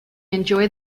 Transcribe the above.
enjoy